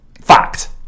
Fact